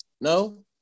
No